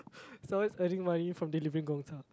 it's always earning money from delivering Gong-Cha